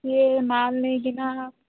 ଇଏ ମାଲ୍ ନେଇକିନା